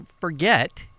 forget